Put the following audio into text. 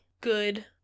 good